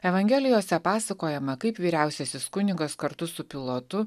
evangelijose pasakojama kaip vyriausiasis kunigas kartu su pilotu